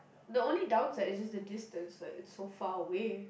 the only down side is just the distance like it's so far away